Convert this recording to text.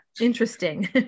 interesting